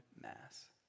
mass